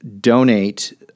donate